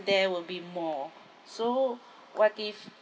there will be more so what if